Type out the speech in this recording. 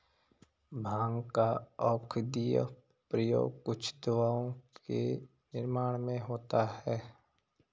भाँग का औषधीय प्रयोग कुछ दवाओं के निर्माण में होता है